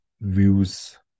views